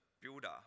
builder